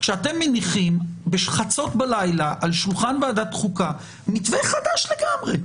כשאתם מניחים בחצות בלילה על שולחן ועדת החוקה מתווה חדש לגמרי?